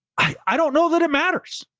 i don't know that it matters.